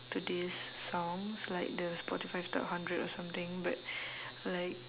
today's songs like the spotify top hundred or something but like